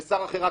ושר אחר: רק